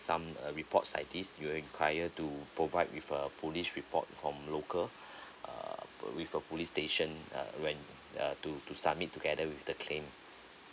some uh reports like this you require to provide with a police report from local err with a police station uh when uh to to submit together with the claim